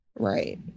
Right